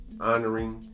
honoring